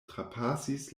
trapasis